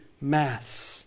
Mass